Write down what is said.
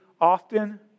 often